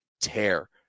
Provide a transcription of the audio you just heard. tear